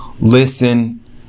Listen